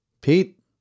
Pete